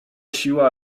siła